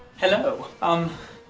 hello. um.